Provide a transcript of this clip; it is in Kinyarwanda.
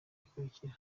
ikurikira